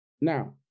Now